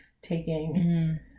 Taking